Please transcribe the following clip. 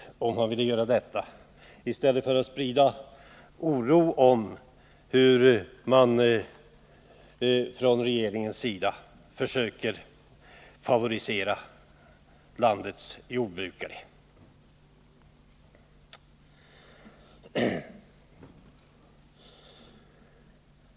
Nu sprider Svante Lundkvist i stället oro med sitt tal om regeringens favoriserande av landets jordbrukare.